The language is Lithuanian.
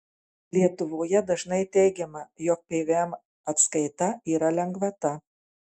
lietuvoje dažnai teigiama jog pvm atskaita yra lengvata